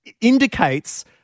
indicates